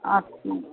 అట్నే